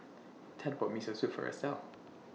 Ted bought Miso Soup For Estel